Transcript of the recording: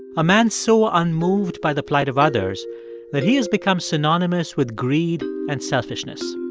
a man so ah unmoved by the plight of others that he has become synonymous with greed and selfishness.